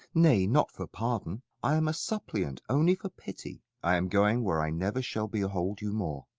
nay, not for pardon i am a suppliant only for pity i am going where i never shall behold you more.